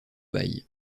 bail